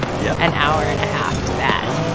yup. an hour and a half to that